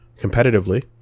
competitively